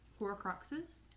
horcruxes